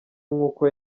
nk’uko